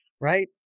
Right